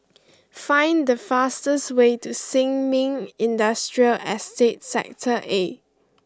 find the fastest way to Sin Ming Industrial Estate Sector A